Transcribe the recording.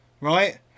right